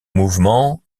mouvement